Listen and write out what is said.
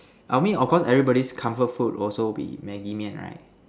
I mean of course everybody's comfort food will also be Maggie Mian right